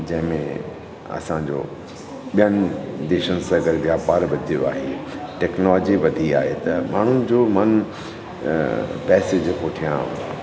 जंहिं में असांजो ॿियनि देशनि सां गॾु व्यापार वधियो आहे टेक्नोजी वधी आहे त माण्हुनि जो मन पैसे जे पुठियां